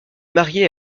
mariée